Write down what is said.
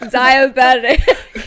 diabetic